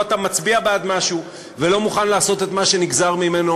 אתה מצביע בעד משהו ולא מוכן לעשות את מה שנגזר ממנו,